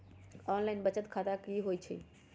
Online बचत खाता की होई छई?